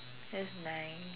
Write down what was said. that's nice